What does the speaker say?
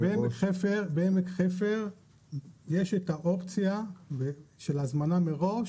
בעמק חפר יש את האופציה של ההזמנה מראש